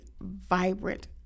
vibrant